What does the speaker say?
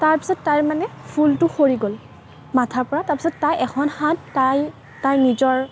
তাৰপিছত তাইৰ মানে ফুলটো সৰি গ'ল মাথাৰ পৰা তাৰপিছত তাইৰ এখন হাত তাই তাইৰ নিজৰ